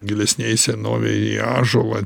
gilesnėj senovėj į ąžuolą